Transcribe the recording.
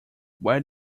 where